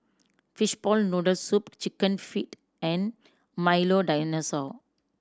fishball noodle soup Chicken Feet and Milo Dinosaur